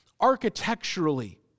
Architecturally